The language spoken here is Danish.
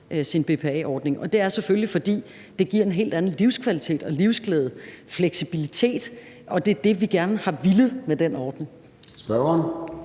sin BPA-ordning. Og det er selvfølgelig, fordi det giver en helt anden livskvalitet, livsglæde og fleksibilitet, og det er det, vi gerne har villet med den ordning. Kl.